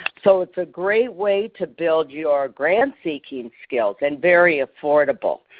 so it's a great way to build your grant seeking skills and very affordable.